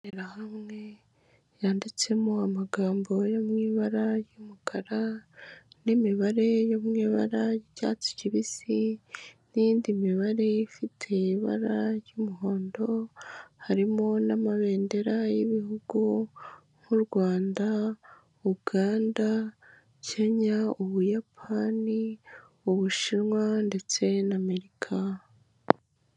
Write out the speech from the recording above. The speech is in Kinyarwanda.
Imbonerahamwe yanditsemo amagambo yo mu ibara ry'umukara, n'imibare yo mu ibara ry'icyatsi kibisi, n'indi mibare ifite ibara ry'umuhondo, harimo n'amabendera y'ibihugu nk'u Rwanda, Uganda, Kenya, Ubuyapani, Ubushinwa ndetse n'Amerika.